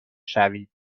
شوید